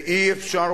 ואי-אפשר,